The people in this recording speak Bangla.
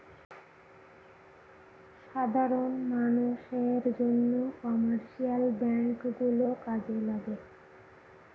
সাধারন মানষের জন্য কমার্শিয়াল ব্যাঙ্ক গুলো কাজে লাগে